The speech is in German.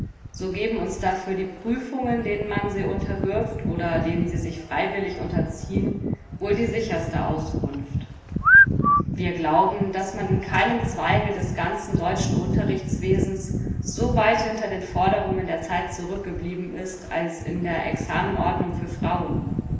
so geben uns dafür die prüfungen denen man sie unterwirft oder denen sie sich freiwillig unterziehen wohl die sicherste auskunft wir glauben daß man in keinem zweige des ganzen deutschen unterrichtswesens so weit hinter den forderungen der zeit zurückgeblieben ist als in der examenordnung für frauen